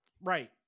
right